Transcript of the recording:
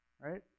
right